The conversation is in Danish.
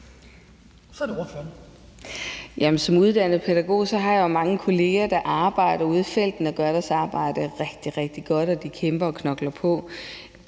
Så er det ordføreren.